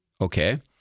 Okay